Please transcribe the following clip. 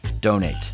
donate